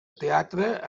teatre